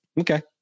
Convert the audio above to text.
Okay